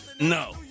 No